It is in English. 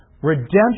Redemption